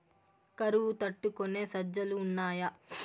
కరువు తట్టుకునే సజ్జలు ఉన్నాయా